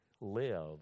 live